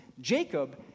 Jacob